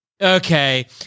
okay